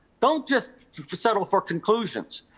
don't just just settle for conclusions.